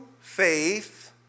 faith